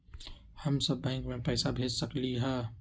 हम सब बैंक में पैसा भेज सकली ह?